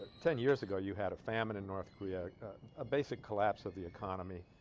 ten years ago you had a famine in north korea a basic collapse of the economy